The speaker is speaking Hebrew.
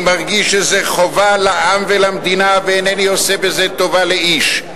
אני מרגיש שזו חובה לעם ולמדינה ואינני עושה בזה טובה לאיש.